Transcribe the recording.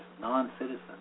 non-citizens